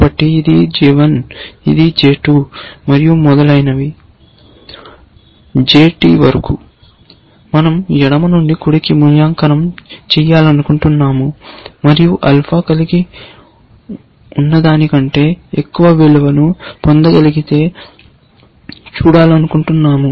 కాబట్టి ఇది J1 ఇది J2 మరియు మొదలైనవి J వరకు మనం ఎడమ నుండి కుడికి మూల్యాంకనం చేయాలనుకుంటున్నాము మరియు ఆల్ఫా కలిగి ఉన్నదానికంటే ఎక్కువ విలువను పొందగలిగితే చూడాలనుకుంటున్నాము